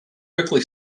quickly